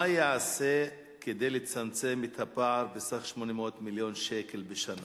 1. מה ייעשה כדי לצמצם את הפער בסך 800 מיליון ש"ח בשנה?